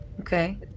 Okay